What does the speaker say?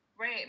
Right